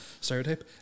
Stereotype